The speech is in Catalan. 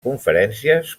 conferències